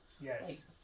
Yes